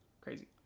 crazy